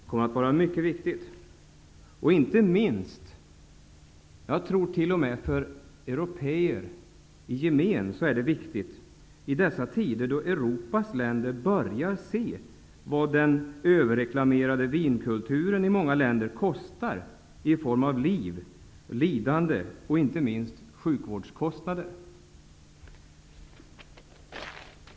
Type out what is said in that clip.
Inte minst för européer i gemen är det viktigt att alkoholpolitiken fungerar i dessa tider, då Europas länder börjar erfara vad den överreklamerade vinkulturen kostar i form av liv, lidande och sjukvårdskostnader.